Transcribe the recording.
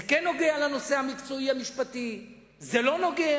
זה כן נוגע לנושא המשפטי המקצועי, זה לא נוגע.